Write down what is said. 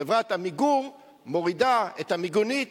חברת "עמיגור" מורידה את המיגונית,